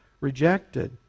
rejected